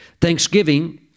Thanksgiving